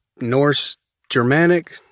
Norse-Germanic